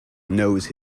nose